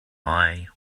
eye